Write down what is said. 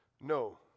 No